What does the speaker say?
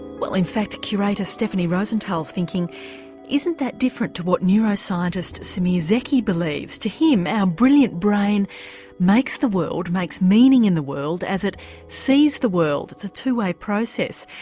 well in fact curator stephanie rosenthal's thinking isn't that different to what neuroscientist semir zeki believes. to him, our brilliant brain makes the world, makes meaning in the world, as it sees the world it's a two way process.